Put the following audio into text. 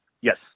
Yes